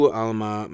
alma